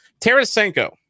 Tarasenko